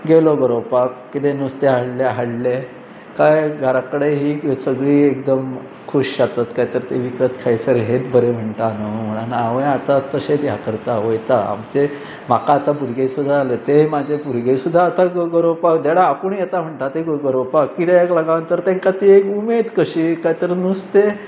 गेलो गरोवपाक कितें नुस्तें हाडलें हाडलें काय घरा कडेन ही सगळीं एकदम खुश जाता काय तर ते विकत खायसर हेंच बरें म्हणटा न्हय म्हणून हांवंय आतां तशेंच हे करता वता आमचे म्हाका आतां भुरगे सुद्दां जाले ते म्हाजें भुरगे सुद्दां आतां गरोपाक डॅडा आपुणूय येता म्हणटा तें गरोवपाक कित्याक लागून तर तांकां ती एक उमेद कशी काय तर नुस्तें